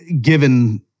given